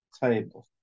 table